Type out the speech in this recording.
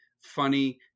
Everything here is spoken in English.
funny